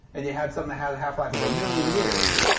and you had something had a half-life of a million years,